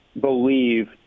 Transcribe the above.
believe